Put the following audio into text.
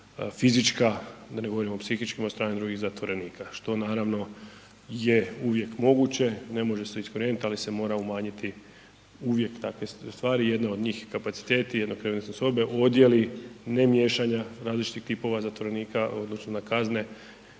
da ne govorim o psihičkim od strane drugih zatvorenika što naravno je uvijek moguće, ne može se iskorijenit ali se mora umanjiti uvijek takve stvari. Jedna od njih je kapaciteti, jednokrevetne sobe, odjeli, ne miješanja različitih tipova zatvorenika u odnosu na kazne